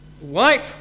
wipe